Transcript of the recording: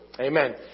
Amen